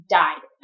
died